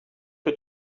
que